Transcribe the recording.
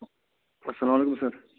اَسلام علیکُم سَر